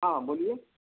ہاں بولیے